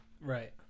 Right